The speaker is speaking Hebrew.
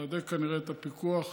להדק יותר את הפיקוח.